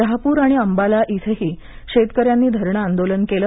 शाहपूर आणि अंबाला इथेही शेतकऱ्यांनी धरणे आंदोलन केलं